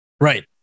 Right